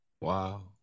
Wow